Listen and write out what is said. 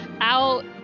out